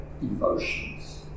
emotions